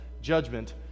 judgment